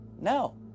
No